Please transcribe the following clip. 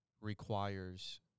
requires